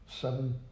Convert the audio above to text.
seven